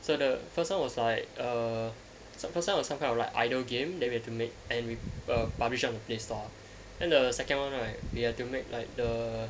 so the first [one] was like err first [one] was some kind of idle game that we have to make and err published on play store and the second [one] right we had to make like the